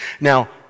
Now